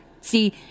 See